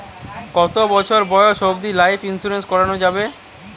কতো বছর বয়স অব্দি লাইফ ইন্সুরেন্স করানো যাবে?